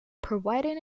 providing